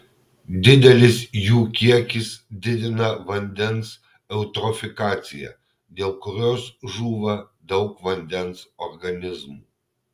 didelis jų kiekis didina vandens eutrofikaciją dėl kurios žūva daug vandens organizmų